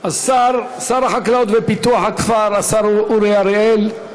השר, שר החקלאות ופיתוח הכפר השר אורי אריאל,